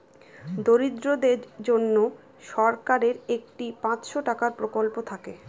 দরিদ্রদের জন্য সরকারের একটি পাঁচশো টাকার প্রকল্প থাকে